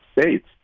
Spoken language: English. States